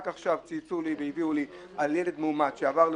רק עכשיו צייצו לי והודיעו לי על ילד מאומץ שעבר לירושלים,